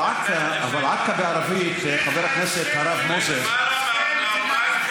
אבל עכא בערבית, חבר הכנסת הרב מוזס, אלפיים שנה.